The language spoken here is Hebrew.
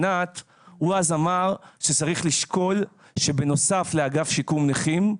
אם אני צודק יעל וענת ואמר שצריך לשקול שבנוסף לאגף שיקום נכים,